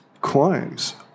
climbs